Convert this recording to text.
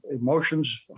emotions